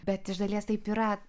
bet iš dalies taip yra